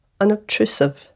unobtrusive